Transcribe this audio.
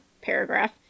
paragraph